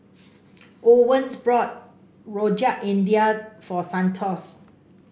Owens brought Rojak India for Santos